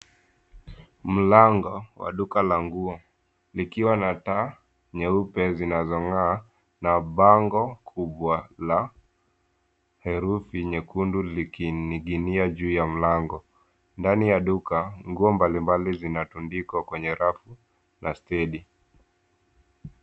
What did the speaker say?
Mlango wa duka la nguo, likiwa na taa nyeupe zinazong'aa na bango kubwa la herufi nyekundu likining'inia juu ya mlango. Ndani ya duka nguo mbalimbali zinatundikwa kwenye rafu na stendi.